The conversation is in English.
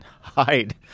hide